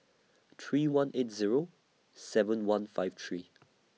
three one eight Zero seven one five three